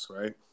Right